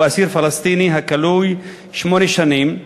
שהוא אסיר פלסטיני הכלוא שמונה שנים,